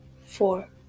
four